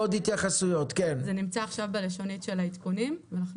זה נמצא עכשיו בלשונית של העדכונים ואנחנו